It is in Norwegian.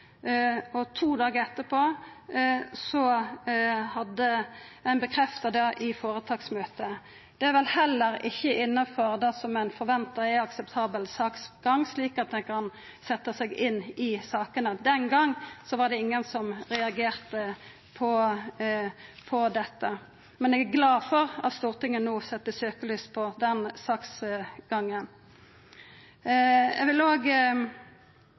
og til ein, to dagar etterpå, hadde stadfesta det i føretaksmøtet. Det er vel heller ikkje innanfor det som ein forventar er akseptabel saksgang, slik at ein kan setja seg inn i sakene. Den gongen var det ingen som reagerte på dette. Men eg er glad for at Stortinget no set søkelyset på den saksgangen. Eg vil også visa til det som vart tatt opp av bl.a. representanten Jenny Klinge, og